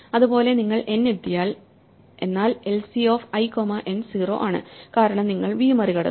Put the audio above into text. അതുപോലെ നിങ്ങൾ n ൽ എത്തിയാൽ എന്നാൽ lcw of i comma n 0 ആണ് കാരണം നിങ്ങൾ v മറികടന്നു